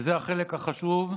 וזה החלק החשוב,